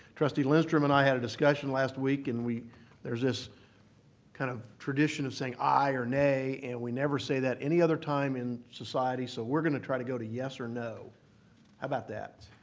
trustee lindstrom and i had a discussion last week and there's this kind of tradition of saying aye or nay and we never say that any other time in society, so we're going to try to go to yes or no. how about that?